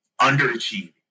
Underachieving